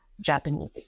Japanese